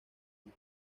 man